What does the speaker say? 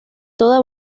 toda